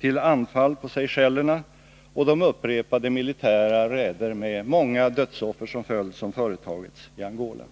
till anfall på Seychellerna och de upprepade militära räder med många dödsoffer som följd som företagits i Angola.